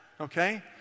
okay